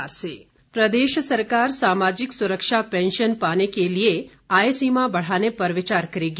प्रश्नकाल प्रदेश सरकार सामाजिक सुरक्षा पेंशन पाने के लिए आय सीमा बढ़ाने पर विचार करेगी